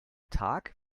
tag